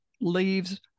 leaves